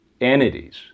entities